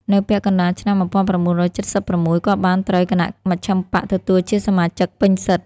នៅពាក់កណ្តាលឆ្នាំ ១៩៧៦ គាត់បានត្រូវគណៈមជ្ឈិមបក្សទទួលជាសមាជិកពេញសិទ្ធិ ។